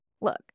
Look